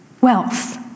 Wealth